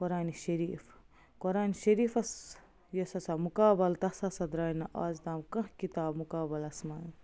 قرآنہِ شریٖف قرآنہِ شریٖفس یُس ہَسا مُقابل تَس ہَسا درٛاے نہٕ آز تام کانٛہہ کِتاب مُقابَلس منٛز